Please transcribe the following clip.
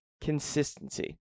consistency